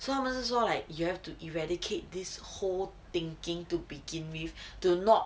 so 他们是说 like you have to eradicate this whole thinking to begin with do not